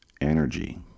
energy